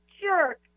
jerk